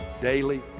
daily